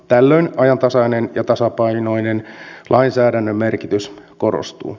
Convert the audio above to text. tällöin ajantasainen ja tasapainoinen lainsäädännön merkitys korostuu